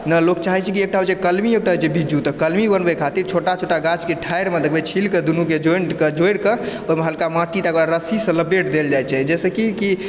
ने लोक चाहै छै कि एकटा होइ छै कलमी एकटा होइ छै बीजू तऽ कलमी बनबै खातिर छोटा छोटा गाछके ठारिमे देखबै छील कऽ दुनूके जॉइन्ट कऽ जोरि कऽ ओहिमे हल्का माँटी तकरबाद रस्सीसँ लपेट देल जाइ छै जाहिसँ कि कि